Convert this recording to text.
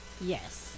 Yes